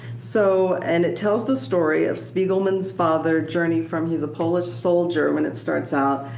so and it tells the story of spiegelman's father journey from, he's a polish soldier when it starts out.